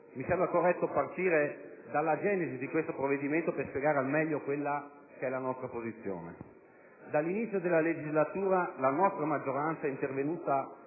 mi sembra corretto partire dalla genesi di questo provvedimento per spiegare al meglio la nostra posizione. Dall'inizio della legislatura la nostra maggioranza è intervenuta